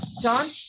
John